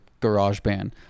GarageBand